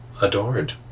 adored